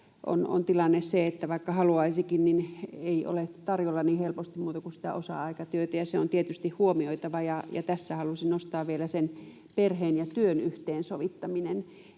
tilanne on se, että vaikka haluaisikin, niin ei ole tarjolla niin helposti muuta kuin sitä osa-aikatyötä, ja se on tietysti huomioitava. Ja tässä halusin nostaa vielä perheen ja työn yhteensovittamisen,